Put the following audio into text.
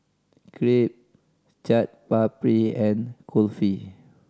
Crepe Chaat Papri and Kulfi